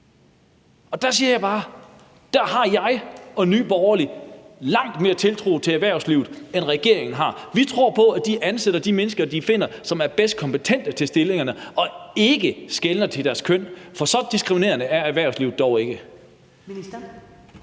Der siger jeg bare, at der har jeg og Nye Borgerlige langt mere tiltro til erhvervslivet, end regeringen har. Vi tror på, at de ansætter de mennesker, de finder er mest kompetente til stillingerne, og ikke skeler til deres køn, for så diskriminerende er erhvervslivet dog ikke.